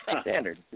Standard